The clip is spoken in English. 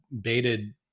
baited